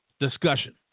discussion